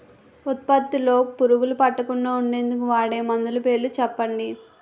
ఉత్పత్తి లొ పురుగులు పట్టకుండా ఉండేందుకు వాడే మందులు పేర్లు చెప్పండీ?